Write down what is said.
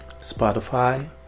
Spotify